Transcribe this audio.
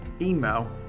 email